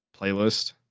playlist